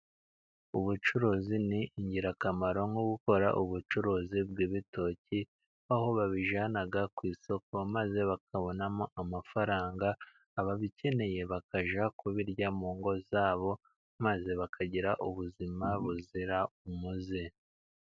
Ubucuruzi ni ingirakamaro nko gukora ubucuruzi bw'ibitoki, aho babijyana ku isoko maze bakabonamo amafaranga, ababikeneye bakajya kubirya mu ngo zabo maze bakagira ubuzima buzira umuze.